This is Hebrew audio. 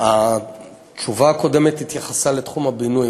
התשובה הקודמת התייחסה לתחום הבינוי.